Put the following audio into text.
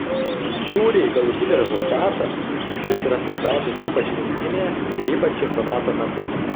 žiūri į galutinį rezultatą kuris yra svarbiausias ypač rinktinėje ir ypač čempionato metu